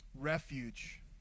refuge